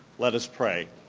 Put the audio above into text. let us pray.